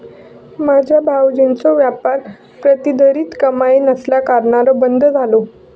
माझ्यो भावजींचो व्यापार प्रतिधरीत कमाई नसल्याकारणान बंद झालो